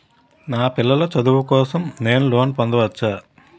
నా పిల్లల చదువు కోసం నేను లోన్ పొందవచ్చా?